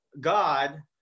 God